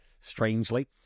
strangely